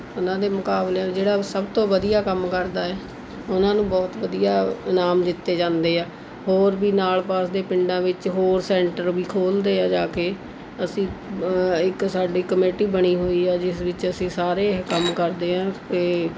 ਉਹਨਾਂ ਦੇ ਮੁਕਾਬਲਿਆਂ 'ਚ ਜਿਹੜਾ ਸਭ ਤੋਂ ਵਧੀਆ ਕੰਮ ਕਰਦਾ ਹੈ ਉਹਨਾਂ ਨੂੰ ਬਹੁਤ ਵਧੀਆ ਇਨਾਮ ਦਿੱਤੇ ਜਾਂਦੇ ਹੈ ਹੋਰ ਵੀ ਨਾਲ ਪਾਸ ਦੇ ਪਿੰਡਾਂ ਵਿੱਚ ਹੋਰ ਸੈਂਟਰ ਵੀ ਖੋਲ੍ਹਦੇ ਹਾਂ ਜਾ ਕੇ ਅਸੀਂ ਇੱਕ ਸਾਡੀ ਕਮੇਟੀ ਬਣੀ ਹੋਈ ਹੈ ਜਿਸ ਵਿੱਚ ਅਸੀਂ ਸਾਰੇ ਇਹ ਕੰਮ ਕਰਦੇ ਹਾਂ ਇਹ